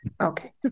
Okay